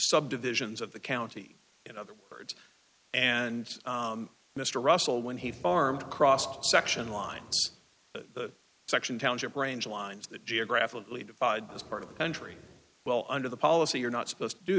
subdivisions of the county in other words and mr russell when he farmed cross section lines to section township range lines that geographically divide as part of the country well under the policy you're not supposed to do